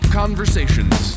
conversations